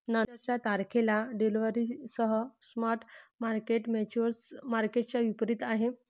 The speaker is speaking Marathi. नंतरच्या तारखेला डिलिव्हरीसह स्पॉट मार्केट फ्युचर्स मार्केटच्या विपरीत आहे